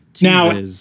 Now